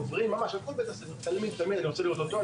עוברים ממש על כל בית-הספר תלמיד תלמיד "אני רוצה לראות אותו,